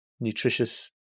nutritious